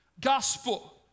gospel